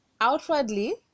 outwardly